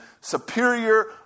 superior